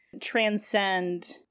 transcend